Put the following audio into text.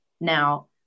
Now